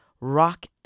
Rock